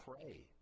pray